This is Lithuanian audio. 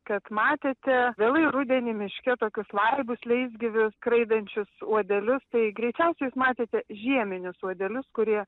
kad matėte vėlai rudenį miške tokius laibus leisgyvius skraidančius uodelius tai greičiausiai jūs matėte žieminius uodelius kurie